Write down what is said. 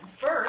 first